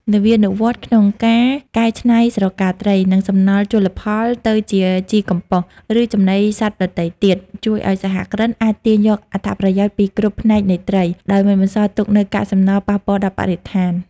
នវានុវត្តន៍ក្នុងការកែច្នៃស្រកាត្រី និងសំណល់ជលផលទៅជាជីកំប៉ុស្ត ឬចំណីសត្វដទៃទៀត ជួយឱ្យសហគ្រិនអាចទាញយកអត្ថប្រយោជន៍ពីគ្រប់ផ្នែកនៃត្រី ដោយមិនបន្សល់ទុកនូវកាកសំណល់ប៉ះពាល់ដល់បរិស្ថាន។